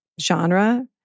genre